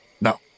No